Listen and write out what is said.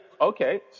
Okay